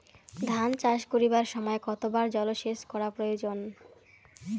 ধান চাষ করিবার সময় কতবার জলসেচ করা প্রয়োজন?